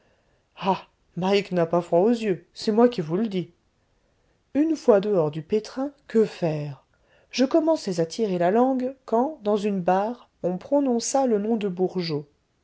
mike n'a pas froid aux yeux c'est moi qui vous le dis une fois dehors du pétrin que faire je commençais à tirer la langue quand dans une bar on prononça le nom de bourgeot